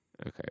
Okay